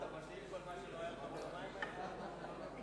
הצעת הסיכום שהביא חבר הכנסת דני דנון נתקבלה.